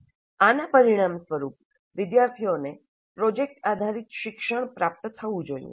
આના પરિણામ સ્વરૂપ વિદ્યાર્થીઓને પ્રોજેક્ટ આધારિત શિક્ષણ પ્રાપ્ત થવું જોઈએ